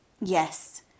Yes